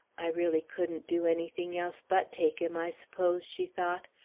i really couldn't do anything else but take him, i s'pose, she thought.